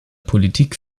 politik